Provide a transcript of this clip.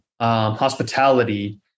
hospitality